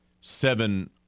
seven